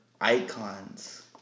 icons